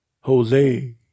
Jose